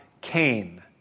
Cain